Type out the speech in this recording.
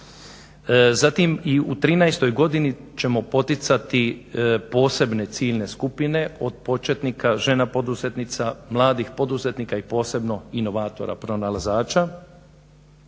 Zatim i u trinaestoj godini ćemo poticati posebne ciljne skupine od početnika, žena poduzetnica, mladih poduzetnika i posebno inovatora, pronalazača.